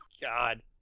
God